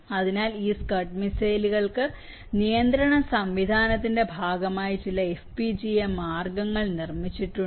അതിനാൽ ഈ സ്കഡ് മിസൈലുകൾക്ക് നിയന്ത്രണ സംവിധാനത്തിന്റെ ഭാഗമായി ചില FPGA മാർഗ്ഗങ്ങൾ നിർമ്മിച്ചിട്ടുണ്ട്